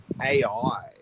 AI